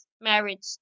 marriage